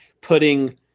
putting